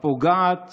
הפוגעת